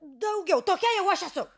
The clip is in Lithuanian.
daugiau tokia jau aš esu